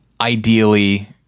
ideally